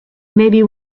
maybe